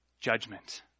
judgment